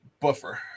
buffer